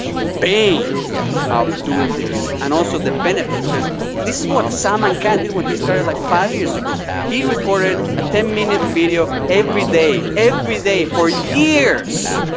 the pain of doing this, and also the benefits. because this is what salman khan did when he started like five years ago. he recorded a ten minute video every day, every day for years,